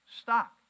stock